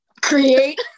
create